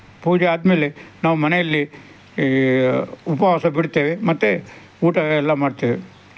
ಪೂಜೆ ಆದ್ಮೇಲೆ ನಾವು ಮನೆಯಲ್ಲಿ ಉಪವಾಸ ಬಿಡ್ತೇವೆ ಮತ್ತೆ ಊಟವೆಲ್ಲ ಮಾಡ್ತೇವೆ